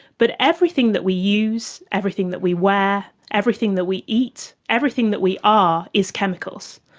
but everything that we use, everything that we wear, everything that we eat, everything that we are is chemicals.